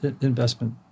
investment